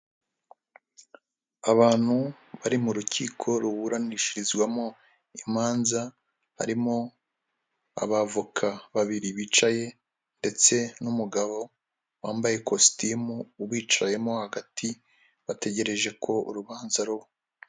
Abantu bari mu rukiko ruburanishirizwamo imanza, harimo abavoka babiri bicaye ndetse n'umugabo wambaye ikositimu ubicayemo hagati, bategereje ko urubanza ruba.